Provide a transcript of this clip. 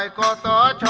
like ah da